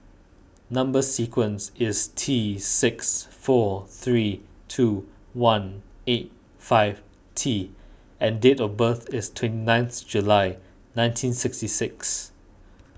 Number Sequence is T six four three two one eight five T and date of birth is twenty ninth July nineteen sixty six